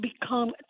become